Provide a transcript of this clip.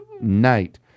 Night